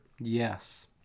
Yes